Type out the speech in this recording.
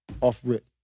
off-rip